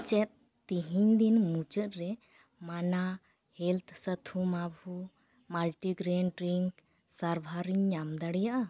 ᱤᱧ ᱪᱮᱫ ᱛᱤᱦᱤᱧ ᱫᱤᱱ ᱢᱩᱪᱟᱹᱫ ᱨᱮ ᱢᱟᱱᱱᱟ ᱦᱮᱞᱛᱷ ᱥᱟᱛᱷᱩ ᱢᱟᱵᱷᱩ ᱢᱟᱞᱴᱤᱜᱨᱮᱱ ᱰᱨᱤᱝᱠ ᱥᱟᱨᱵᱷᱟᱨᱤᱧ ᱧᱟᱢ ᱫᱟᱲᱮᱭᱟᱜᱼᱟ